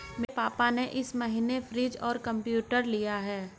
मेरे पापा ने इस महीने फ्रीज और कंप्यूटर लिया है